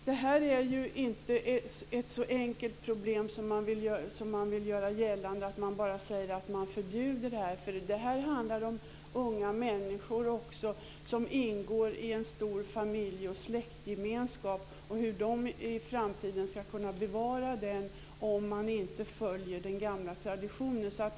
Det här är inte ett så enkelt problem som man vill göra gällande när man bara säger att man vill förbjuda det här. Det handlar om unga människor som också ingår i en stor familje och släktgemenskap och om hur de i framtiden ska kunna bevara denna om de inte följer den gamla traditionen.